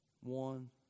one